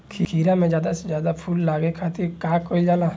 खीरा मे ज्यादा से ज्यादा फूल लगे खातीर का कईल जाला?